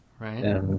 Right